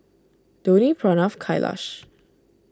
Dhoni Pranav Kailash